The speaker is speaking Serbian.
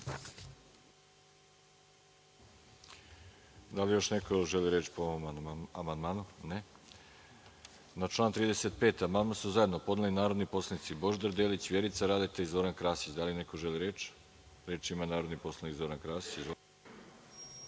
Da li još neko želi reč po ovom amandmanu? (Ne.)Na član 35. amandman su zajedno podneli narodni poslanici Božidar Delić, Vjerica Radeta i Zoran Krasić. Da li neko želi reč? (Da.)Reč ima narodni poslanik Zoran Krasić.